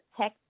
tech